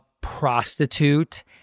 prostitute